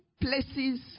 places